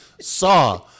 saw